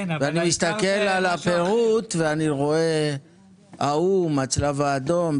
ואני מסתכל על הפירוט ואני רואה ההוא מהצלב האדום,